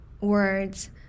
words